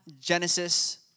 Genesis